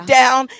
down